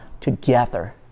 together